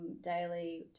daily